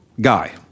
guy